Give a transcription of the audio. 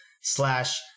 slash